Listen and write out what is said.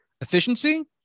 efficiency